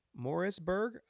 Morrisburg